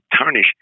tarnish